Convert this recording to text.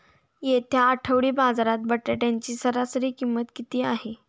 येत्या आठवडी बाजारात बटाट्याची सरासरी किंमत किती आहे?